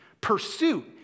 pursuit